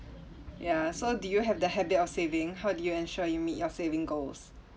ya so did you have the habit of saving how do you ensure you meet your saving goals